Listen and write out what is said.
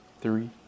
three